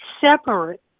separate